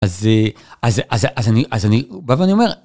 אז זה... אז... אז... אז אני... אז אני... אני בא ואני אומר